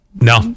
no